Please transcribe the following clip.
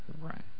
Right